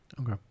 okay